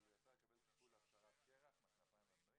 אבל הוא יצא לקבל טיפול להפשרת קרח מהכנפיים והמנועים.